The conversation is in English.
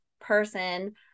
person